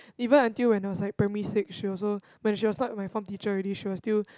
even until when I was like primary six she also when she was not my form teacher already she will still